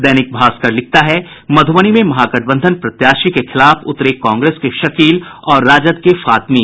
दैनिक भास्कर लिखता है मधुबनी में महागठबंधन प्रत्याशी के खिलाफ उतरे कांग्रेस के शकील और राजद के फातमी